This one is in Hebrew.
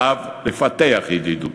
עליו לפתח ידידות.